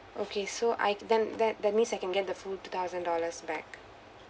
okay so I then that that means I can get the full two thousand dollars back